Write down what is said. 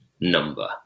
number